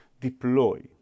deploy